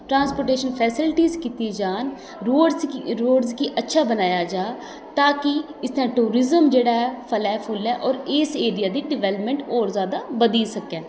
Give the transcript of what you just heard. transportation facilities कीती जान roads roads गी अच्छा बनाया जा ताकि इसदा टूरिज्म जेह्ड़ा ऐ फले फुलै होर इस एरियै दी डवेलपमेंट होर जादा बधी सकै